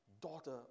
daughter